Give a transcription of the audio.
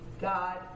God